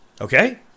Okay